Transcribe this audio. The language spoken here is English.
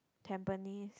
Tampines